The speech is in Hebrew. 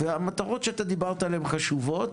המטרות שאתה דיברת עליהן הן חשובות,